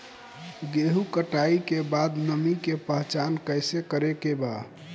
गेहूं कटाई के बाद नमी के पहचान कैसे करेके बा?